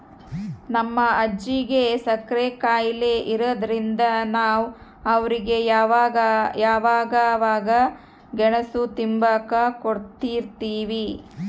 ನಮ್ ಅಜ್ಜಿಗೆ ಸಕ್ರೆ ಖಾಯಿಲೆ ಇರಾದ್ರಿಂದ ನಾವು ಅವ್ರಿಗೆ ಅವಾಗವಾಗ ಗೆಣುಸು ತಿಂಬಾಕ ಕೊಡುತಿರ್ತೀವಿ